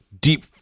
deep